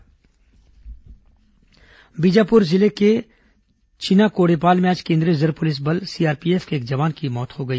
जवान मौत बीजापुर जिले के चिनाकोड़ेपाल में आज केन्द्रीय रिजर्व पुलिस बल सीआरपीएफ के एक जवान की मौत हो गई